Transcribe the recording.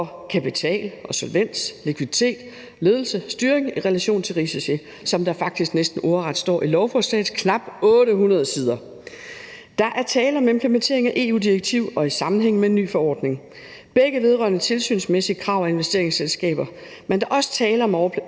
kapital, solvens, likviditet, ledelse og styring i relation til risici, som der faktisk næsten ordret står i lovforslagets knap 800 sider. Der er tale om en implementering af et EU-direktiv, der skal ses i sammenhæng med en ny forordning, og begge vedrører tilsynsmæssige krav til investeringsselskaber. Men der er også tale om